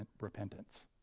repentance